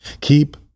Keep